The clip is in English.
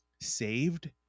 Saved